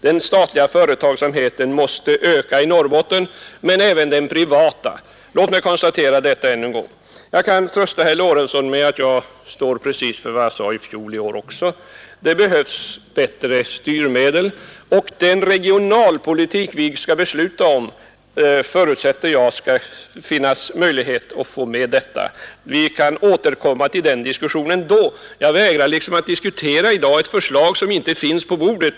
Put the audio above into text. Den statliga företagsamheten måste öka i Norrbotten, men det måste också den privata göra. Låt mig konstatera det än en gång. Sedan kan jag trösta herr Lorentzon med att jag står fast vid vad jag sade i fjol. Det behövs bättre styrmedel, och jag förutsätter att den regionalpolitik vi skall besluta om omfattar sådana. Vi kan återkomma till den diskussionen. Jag vägrar att i dag diskutera ett förslag som inte ligger på bordet.